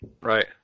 Right